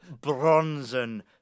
bronzen